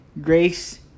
grace